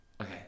Okay